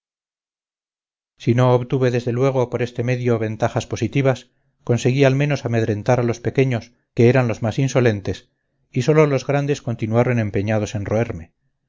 si no obtuve desde luego por este medio ventajas positivas conseguí al menos amedrentar a los pequeños que eran los más insolentes y sólo los grandes continuaron empeñados en roerme